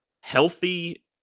healthy